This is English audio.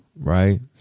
right